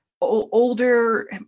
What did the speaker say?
older